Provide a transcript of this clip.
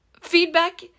feedback